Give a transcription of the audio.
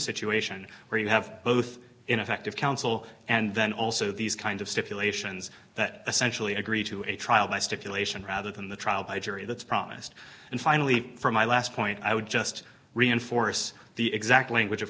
situation where you have both ineffective counsel and then also these kind of stipulations that essentially agree to a trial by stipulation rather than the trial by jury that's promised and finally from my last point i would just reinforce the exact language of